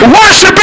Worship